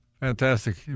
Fantastic